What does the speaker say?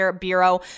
bureau